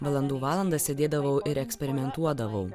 valandų valandas sėdėdavau ir eksperimentuodavau